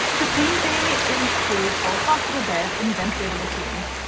the same thing is true for hospital beds and ventilator machines.